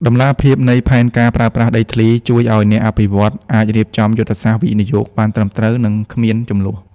តម្លាភាពនៃ "ផែនការប្រើប្រាស់ដីធ្លី" ជួយឱ្យអ្នកអភិវឌ្ឍន៍អាចរៀបចំយុទ្ធសាស្ត្រវិនិយោគបានត្រឹមត្រូវ និងគ្មានជម្លោះ។